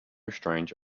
strange